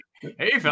hey